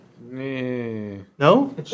No